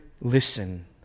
listen